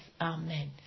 Amen